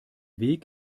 weg